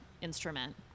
instrument